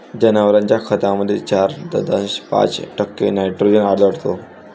जनावरांच्या खतामध्ये चार दशांश पाच टक्के नायट्रोजन आढळतो